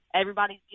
everybody's